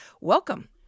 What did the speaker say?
Welcome